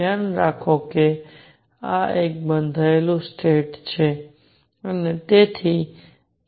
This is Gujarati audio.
ધ્યાનમાં રાખો કે આ એક બંધાયેલું સ્ટેટ છે અને તેથી E એ 0 થી ઓછું છે